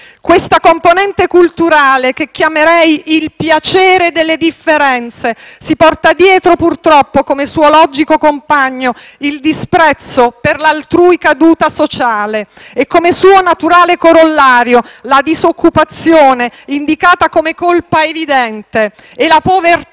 Questa componente culturale - che chiamerei «il piacere delle differenze» - si porta dietro, purtroppo, come suo logico compagno il disprezzo per l'altrui caduta sociale e come suo naturale corollario la disoccupazione indicata come colpa evidente e la povertà